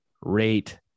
rate